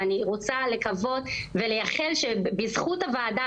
ואני רוצה לקוות ולייחל שבזכות הוועדה